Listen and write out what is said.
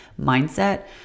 mindset